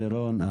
לירון,